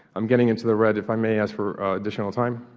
i'm getting into the red, if i may ask for additional time.